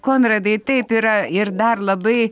konradai taip yra ir dar labai